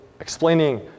explaining